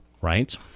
right